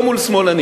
לא מול שמאלנים.